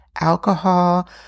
alcohol